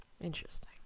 interesting